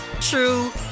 true